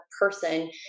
person